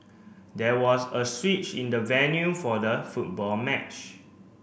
there was a switch in the venue for the football match